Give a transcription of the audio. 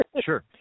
Sure